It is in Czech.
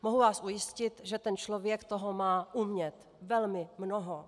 Mohu vás ujistit, že ten člověk toho má umět velmi mnoho.